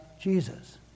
Jesus